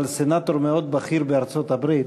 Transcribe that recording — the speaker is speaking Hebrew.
אבל סנטור מאוד בכיר בארצות-הברית